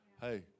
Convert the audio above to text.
Hey